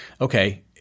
okay